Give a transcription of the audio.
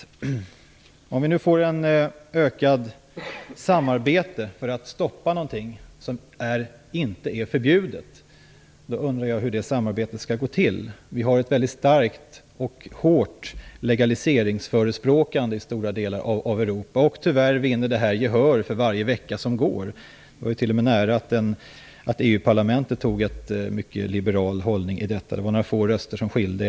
Jag undrar hur ett ökat samarbete skall gå till när det gäller att stoppa något som inte är förbjudet. Det finns ett starkt legaliseringsförespråkande i stora delar av Europa. Tyvärr vinner detta alltmer gehör för varje vecka som går. Det var t.o.m. nära att EU-parlamentet intog en mycket liberal hållning. Det var några få röster som skilde.